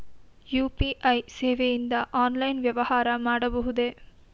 UPI ಸೇವೆಯಿಂದ online ವ್ಯವಹಾರ ಮಾಡಬಹುದೇ?